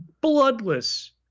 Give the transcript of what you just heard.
bloodless